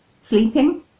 sleeping